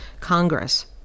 Congress